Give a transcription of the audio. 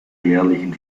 jährlichen